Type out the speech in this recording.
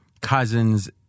Cousins